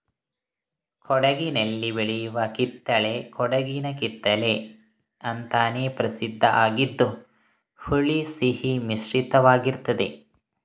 ಕೊಡಗಿನಲ್ಲಿ ಬೆಳೆಯುವ ಕಿತ್ತಳೆ ಕೊಡಗಿನ ಕಿತ್ತಳೆ ಅಂತಾನೇ ಪ್ರಸಿದ್ಧ ಆಗಿದ್ದು ಹುಳಿ ಸಿಹಿ ಮಿಶ್ರಿತವಾಗಿರ್ತದೆ